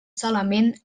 solament